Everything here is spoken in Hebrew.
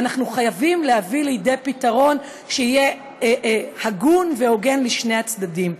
ואנחנו חייבים להביא לידי פתרון שיהיה הגון והוגן לשני הצדדים.